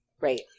Right